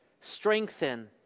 strengthen